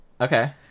Okay